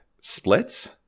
splits